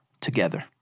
together